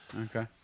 okay